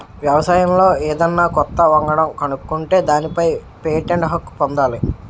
వ్యవసాయంలో ఏదన్నా కొత్త వంగడం కనుక్కుంటే దానిపై పేటెంట్ హక్కు పొందాలి